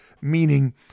meaning